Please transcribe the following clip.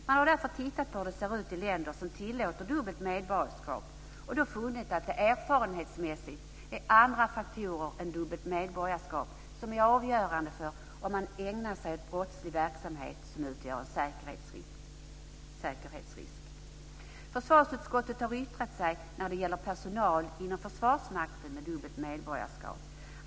Man har därför tittat på hur det ser ut i länder som tillåter dubbelt medborgarskap och då funnit att det erfarenhetsmässigt är andra faktorer än dubbelt medborgarskap som är avgörande för om man ägnar sig åt brottslig verksamhet som utgör en säkerhetsrisk. Försvarsutskottet har yttrat sig när det gäller personal inom Försvarsmakten med dubbelt medborgarskap.